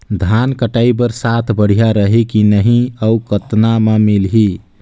धान कटाई बर साथ बढ़िया रही की नहीं अउ कतना मे मिलही?